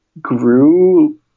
grew